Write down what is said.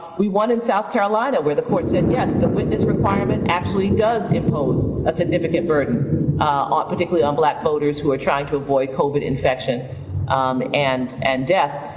we won in south carolina where the court said, yes, the witness requirement actually does impose a significant burden ah particularly on black voters who are trying to avoid covid infection um and and death.